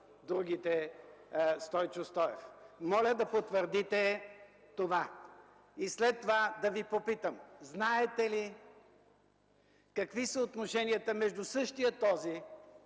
другите, Стойчо Стоев. Моля да потвърдите това! След това да Ви попитам: знаете ли какви са отношенията между същия този,